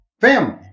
family